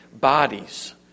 bodies